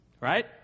Right